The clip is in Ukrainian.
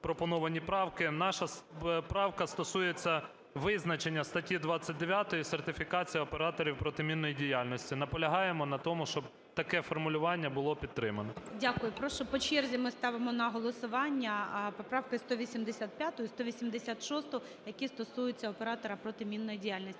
Наша правка стосується визначення статті 29 "Сертифікація операторів протимінної діяльності". Наполягаємо на тому, щоб таке формулювання було підтримано. ГОЛОВУЮЧИЙ. Дякую. Прошу, по черзі ми ставимо на голосування поправку 185 і 186-у, які стосуються оператора протимінної діяльності.